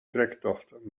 trektocht